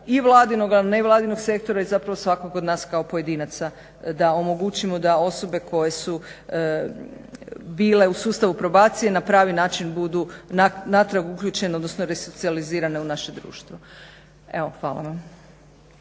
i vladinog, ali i nevladinog sektora i zapravo svakog od nas kao pojedinaca da omogućimo da osobe koje su bile u sustavu probacije na pravi način budu natrag uključene, odnosno resocijalizirane u naše društvo. Evo, hvala vam.